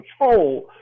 control